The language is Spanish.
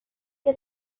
que